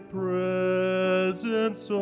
presence